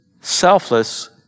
selfless